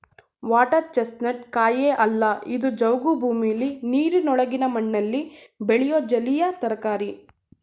water chestnut ಕಾಯಿಯೇ ಅಲ್ಲ ಇದು ಜವುಗು ಭೂಮಿಲಿ ನೀರಿನೊಳಗಿನ ಮಣ್ಣಲ್ಲಿ ಬೆಳೆಯೋ ಜಲೀಯ ತರಕಾರಿ